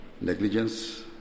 negligence